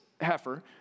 heifer